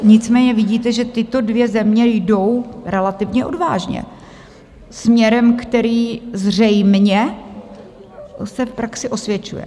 Nicméně vidíte, že tyto dvě země jdou relativně odvážně směrem, který zřejmě se v praxi osvědčuje.